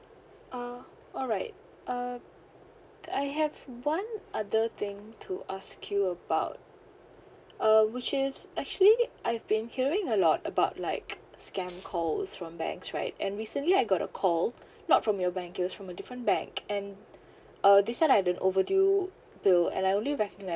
uh alright uh I have one other thing to ask you about uh which is actually I've been hearing a lot about like scam call it's from banks right and recently I got a call not from your bank it was from a different bank and uh this one I've don't overdue bill and I only recognize